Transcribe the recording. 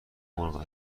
مرغ